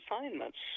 assignments